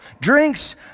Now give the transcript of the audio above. drinks